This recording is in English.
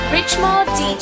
Richmond